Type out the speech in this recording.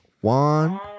One